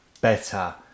better